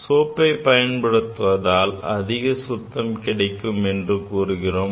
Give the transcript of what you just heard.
சோப்பை பயன்படுத்துவதால் அதிக சுத்தம் கிடைக்கும் என்று கூறுகிறோம்